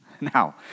Now